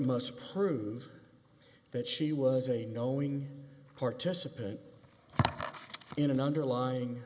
must prove that she was a knowing participant in an underlying